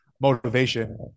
motivation